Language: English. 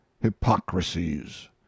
hypocrisies